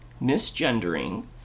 misgendering